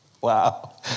Wow